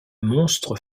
monstre